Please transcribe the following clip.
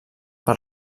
per